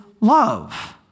love